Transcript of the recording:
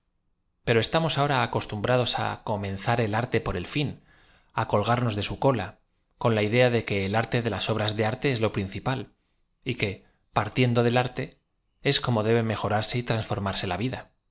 pero estamos aho ra acostumbrados á comenzar el arte por el fin á col garnoa de su cola con la idea de que el arte de las obraa de arte es lo principal y que partiendo del arte es como debe mejorarae y transformarse la vida